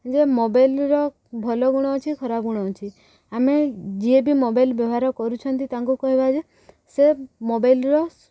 ଯେ ମୋବାଇଲ୍ର ଭଲ ଗୁଣ ଅଛି ଖରାପ ଗୁଣ ଅଛି ଆମେ ଯିଏ ବି ମୋବାଇଲ୍ ବ୍ୟବହାର କରୁଛନ୍ତି ତାଙ୍କୁ କହିବା ଯେ ସେ ମୋବାଇଲ୍ର